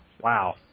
Wow